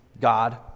God